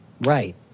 Right